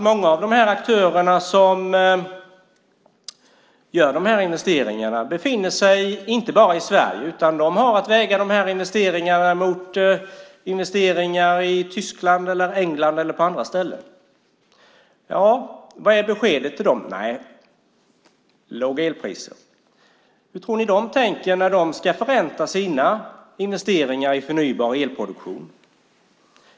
Många av de aktörer som gör de här investeringarna inte bara befinner sig i Sverige. De har också att väga investeringarna här mot investeringar i Tyskland eller England eller på andra ställen. Vad är då beskedet till dem? Jo, låga elpriser. Hur tror ni de tänker när de ska förränta sina investeringar i produktion av förnybar el?